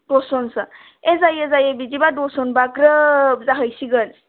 दस जनसो ए जायो जायो बिदिबा दस जनबा ग्रोब जाहैसिगोन